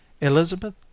Elizabeth